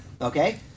okay